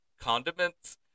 condiments